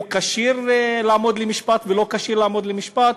אם הוא כשיר לעמוד למשפט, לא כשיר לעמוד למשפט.